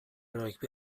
راگبی